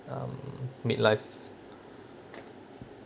um midlife